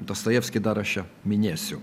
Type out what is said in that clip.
dostojevskį dar aš čia minėsiu